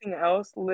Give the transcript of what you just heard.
else